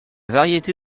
variété